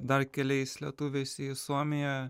dar keliais lietuviais į suomiją